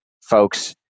folks